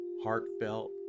heartfelt